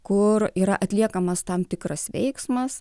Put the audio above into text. kur yra atliekamas tam tikras veiksmas